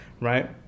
right